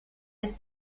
ist